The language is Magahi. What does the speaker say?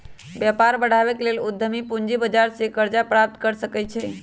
व्यापार बढ़ाबे के लेल उद्यमी पूजी बजार से करजा प्राप्त कर सकइ छै